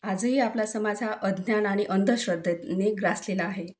आजही आपला समाज हा अज्ञान आणि अंधश्रद्धेने ग्रासलेला आहे